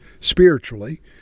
spiritually